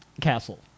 castle